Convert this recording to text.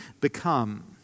become